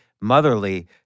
motherly